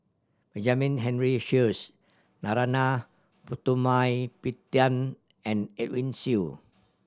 Benjamin Henry Sheares Narana Putumaippittan and Edwin Siew